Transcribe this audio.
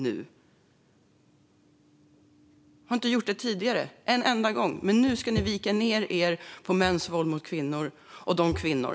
Ni har aldrig gjort det tidigare, men nu viker ni ned er i fråga om mäns våld mot kvinnor.